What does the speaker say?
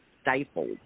stifled